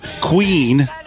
Queen